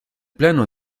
plano